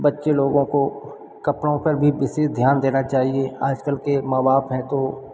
बच्चे लोगों को कपड़ों पर भी विशेष ध्यान देना चाहिए आज कल के माँ बाप हैं तो